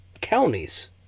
counties